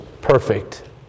perfect